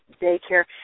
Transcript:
daycare